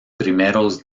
primeros